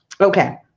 Okay